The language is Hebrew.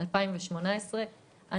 אני